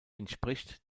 entspricht